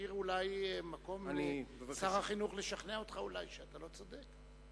תשאיר אולי מקום לשר החינוך לשכנע אותך שאולי אתה לא צודק.